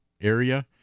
area